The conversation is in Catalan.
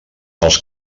els